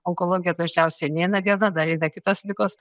onkologija dažniausiai neina viena dar eina kitos ligos